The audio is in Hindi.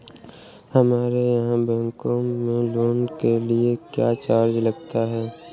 हमारे यहाँ बैंकों में लोन के लिए क्या चार्ज लगता है?